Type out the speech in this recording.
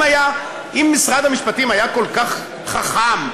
אם משרד המשפטים היה כל כך חכם,